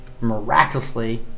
miraculously